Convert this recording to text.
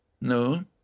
No